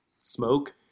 smoke